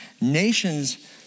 nations